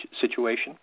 situation